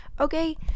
okay